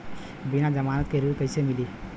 बिना जमानत के ऋण कईसे मिली?